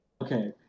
Okay